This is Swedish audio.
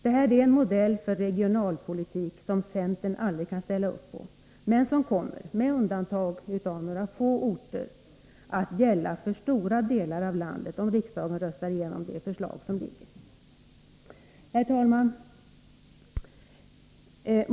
Detta är en modell för regionalpolitik som centern aldrig kan ställa upp på, men som kommer att gälla för stora delar av landet, med undantag av några få orter, om riksdagen röstar igenom det förslag som ligger. Herr talman!